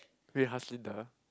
wait Haslinda